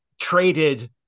traded